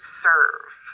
serve